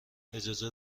اجازه